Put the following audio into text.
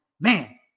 man